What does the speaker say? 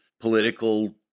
political